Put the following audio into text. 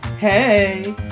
Hey